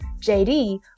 JD